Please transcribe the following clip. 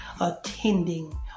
attending